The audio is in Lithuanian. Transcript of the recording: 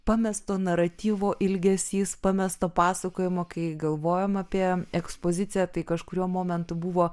pamesto naratyvo ilgesys pamesto pasakojimo kai galvojom apie ekspoziciją tai kažkuriuo momentu buvo